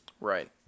right